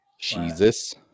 Jesus